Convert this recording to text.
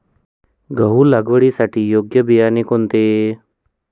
गहू लागवडीसाठी योग्य बियाणे कोणते?